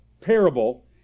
parable